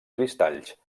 cristalls